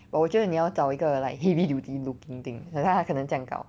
but 我觉得你要找一个 like heavy duty looking thing 等一下他可能这样高